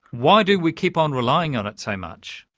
why do we keep on relying on it so much?